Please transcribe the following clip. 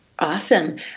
Awesome